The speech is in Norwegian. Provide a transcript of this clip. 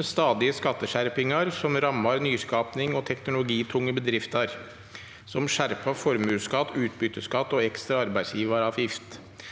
med stadige skatteskjerpingar som rammar nyska- ping og teknologitunge bedrifter, som skjerpa formuesskatt, utbytteskatt og ekstra arbeidsgivaravgift